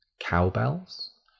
Cowbells